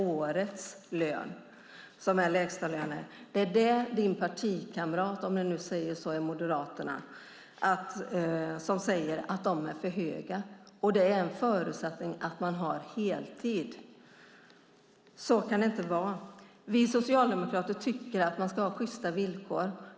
Det är det din partikamrat i Moderaterna, om jag säger så, kallar för högt. Det är en förutsättning att man har heltid. Så kan det inte vara. Vi socialdemokrater tycker att man ska ha sjysta villkor.